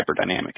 hyperdynamic